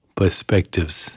perspectives